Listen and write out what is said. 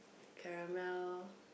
caramel